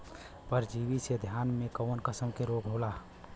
परजीवी से धान में कऊन कसम के रोग होला?